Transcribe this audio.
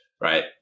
right